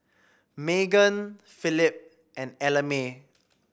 Meghan Phillip and Ellamae